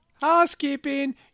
Housekeeping